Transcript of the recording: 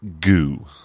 goo